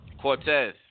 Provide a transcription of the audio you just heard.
Cortez